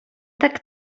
tak